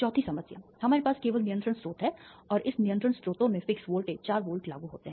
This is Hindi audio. चौथी समस्या हमारे पास केवल नियंत्रण स्रोत हैं और इस नियंत्रण स्रोतों में फिक्स वोल्टेज चार वोल्ट लागू होते हैं